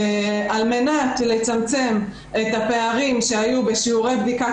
על מנת לצמצם את הפערים שהיו בשיעורי בדיקת